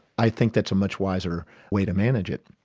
i think that's a much wiser way to manage it.